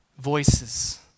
voices